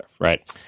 right